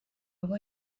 abo